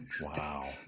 Wow